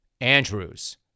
Andrews